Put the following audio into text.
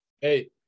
Hey